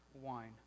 wine